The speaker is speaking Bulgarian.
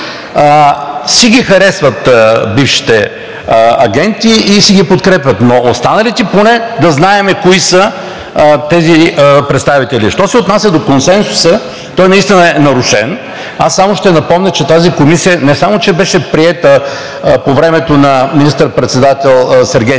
си ги харесват бившите агенти и си ги подкрепят, но останалите поне да знаем кои са тези представители. Що се отнася до консенсуса, той наистина е нарушен. Аз само ще напомня, че тази комисия не само че беше приета по времето на министър-председателя Сергей Станишев,